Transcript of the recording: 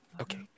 Okay